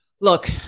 Look